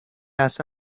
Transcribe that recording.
las